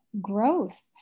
growth